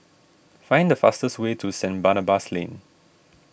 find the fastest way to Saint Barnabas Lane